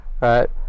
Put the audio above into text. right